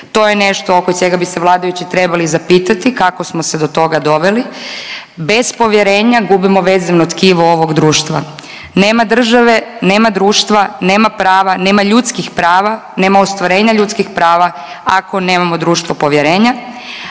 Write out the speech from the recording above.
To je nešto oko čega bi se vladajući trebali zapitati kako smo se do toga doveli. Bez povjerenja gubimo vezivno tkivo ovog društva. Nema države, nema društva, nema prava, nema ljudskih prava, nema ostvarenja ljudskih prava ako nemamo društvo povjerenja,